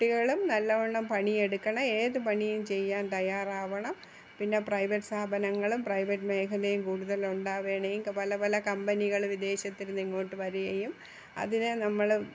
കുട്ടികളും നല്ലോണം പണിയെടുക്കണം ഏത് പണിയും ചെയ്യാൻ തയ്യാറാവണം പിന്നെ പ്രൈവറ്റ് സ്ഥാപനങ്ങളും പ്രൈവറ്റ് മേഖലയും കൂടുതൽ ഉണ്ടാവുകയാണെങ്കിൽ പല പല കമ്പനികൾ വിദേശത്തിൽ നിന്ന് ഇങ്ങോട്ട് വരികയും അതിനെ നമ്മൾ